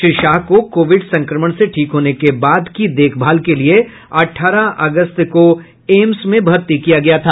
श्री शाह को कोविड संक्रमण से ठीक होने के बाद की देखभाल के लिए अठारह अगस्त को एम्स में भर्ती किया गया था